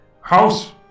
House